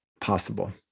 possible